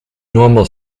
normal